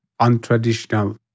untraditional